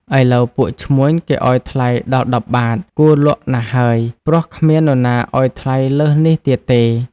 ឥឡូវពួកឈ្មួញគេឲ្យថ្លៃដល់ ១០ បាទ គួរលក់ណាស់ហើយ ព្រោះគ្មាននរណាឲ្យថ្លៃលើសនេះទៀតទេ។